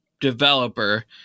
developer